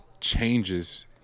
changes